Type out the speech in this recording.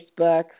Facebook